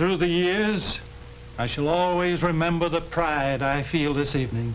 through the use i shall always remember the pride i feel this evening